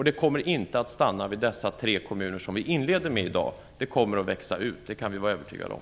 Det kommer dessutom inte att stanna vid de tre kommuner som vi i dag inleder med, utan det kommer att växa ut. Det kan vi vara övertygade om.